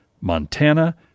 Montana